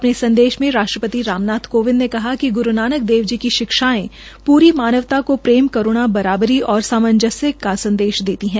अपने संदेश में राष्ट्रपति राम नाथ कोविंद ने कहा कि ग्रू नानक देवी जी की शिक्षायें पूरी मानवता को प्रेम करूणा बराबरी और सामांजस्य का संदेश देती है